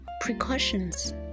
precautions